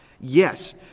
Yes